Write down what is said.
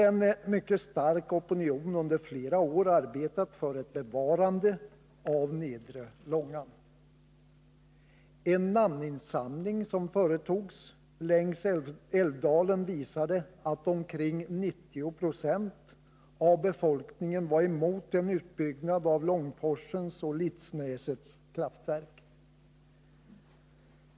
En mycket stark opinion har under flera år arbetat för ett bevarande av nedre Långan. En namninsamling som företogs längs älvdalen visade att omkring 90 96 av befolkningen var emot en utbyggnad av Långforsens och Litsnäsets kraftverk.